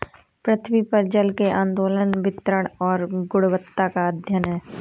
पृथ्वी पर जल के आंदोलन वितरण और गुणवत्ता का अध्ययन है